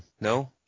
no